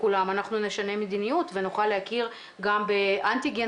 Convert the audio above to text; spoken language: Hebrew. אנחנו נשנה מדיניות ונוכל להכיר גם באנטיגן